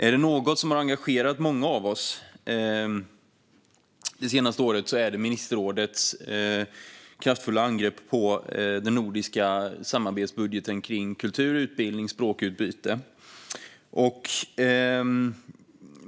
Om det är något som har engagerat många av oss det senaste året är det ministerrådets kraftfulla angrepp på den nordiska samarbetsbudgeten för kultur, utbildning och språkutbyte.